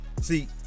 see